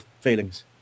feelings